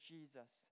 Jesus